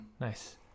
Nice